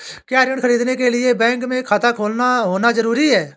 क्या ऋण ख़रीदने के लिए बैंक में खाता होना जरूरी है?